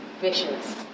vicious